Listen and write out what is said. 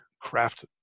craft